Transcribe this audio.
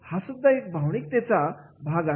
हासुद्धा एक भावनिक त्याचा भाग आहे